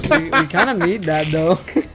um kind of need that though.